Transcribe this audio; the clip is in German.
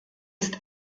ist